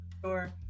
Sure